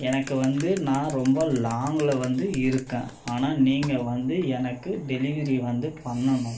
எனக்கு வந்து நான் ரொம்ப லாங்கில் வந்து இருக்கேன் ஆனால் நீங்கள் வந்து எனக்கு டெலிவரி வந்து பண்ணனும்